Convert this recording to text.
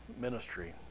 ministry